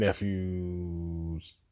nephews